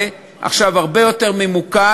עכשיו זה הרבה יותר ממוקד,